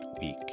week